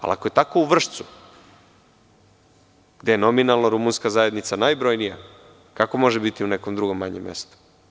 Ako je tako u Vršcu gde je nominalna rumunska zajednica najbrojnija kako može bitiu nekom drugom manjem mestu.